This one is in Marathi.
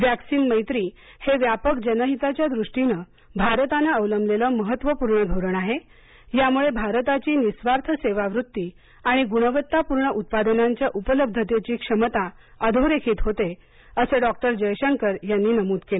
वॅक्सीन मैत्री हे व्यापक जनहिताच्या दृष्टीनं भारतानं अवलंबलेलं महत्त्वपूर्ण धोरण आहे यामुळे भारताची निस्वार्थ सेवा वृत्ती आणि गुणवत्ता पूर्ण उत्पादनांच्या उपलब्धतेची क्षमता अधोरेखित होते असं डॉ जयशंकर यांनी नमूद केलं